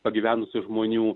pagyvenusių žmonių